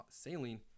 saline